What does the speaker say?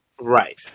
Right